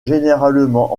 généralement